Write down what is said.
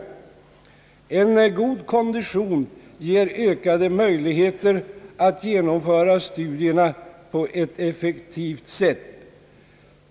En god kondition ger ökade möjligheter att genomföra studierna på ett effektivt sätt.